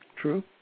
True